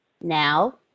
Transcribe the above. now